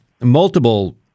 multiple